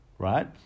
Right